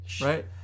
Right